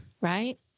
right